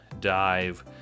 dive